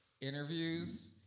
interviews